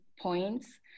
points